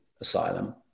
asylum